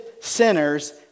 sinners